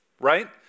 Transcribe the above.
right